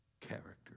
Character